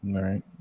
Right